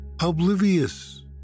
oblivious